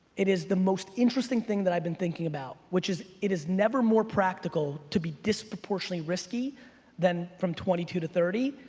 it is the most interesting thing that i've been thinking about, which is, it is never more practical to be disproportionately risky than from twenty two thirty,